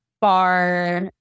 bar